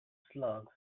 slugs